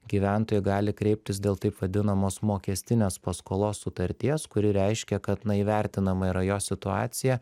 gyventojai gali kreiptis dėl taip vadinamos mokestinės paskolos sutarties kuri reiškia kad na įvertinama yra jo situacija